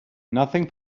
nothing